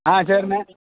ஆ சரிண்ணே